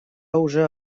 уже